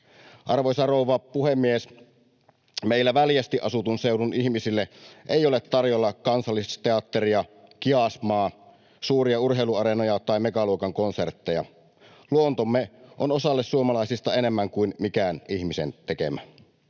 Arvoisa rouva puhemies! Meillä väljästi asutun seudun ihmisille ei ole tarjolla Kansallisteatteria, Kiasmaa, suuria urheiluareenoja tai megaluokan konsertteja. Luontomme on osalle suomalaisista enemmän kuin mikään ihmisen tekemä.